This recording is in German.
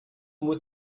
muss